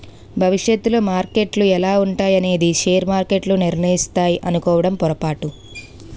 భవిష్యత్తులో మార్కెట్లు ఎలా ఉంటాయి అనేది షేర్ మార్కెట్లు నిర్ణయిస్తాయి అనుకోవడం పొరపాటు